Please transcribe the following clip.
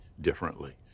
differently